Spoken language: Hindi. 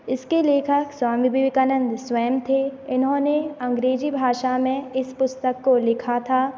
इसके लेखक स्वामी विवेकानंद स्वयं थे इन्होंने अंग्रेजी भाषा में इस पुस्तक को लिखा था